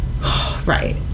Right